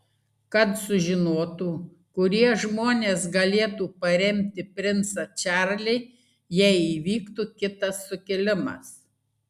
kad sužinotų kurie žmonės galėtų paremti princą čarlį jei įvyktų kitas sukilimas